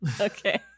Okay